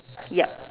yup